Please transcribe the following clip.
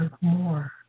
more